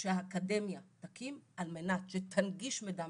שהאקדמיה תקים על מנת שתנגיש מידע מדעי.